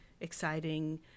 exciting